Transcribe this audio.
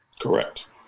Correct